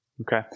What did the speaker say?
okay